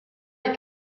les